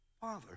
Father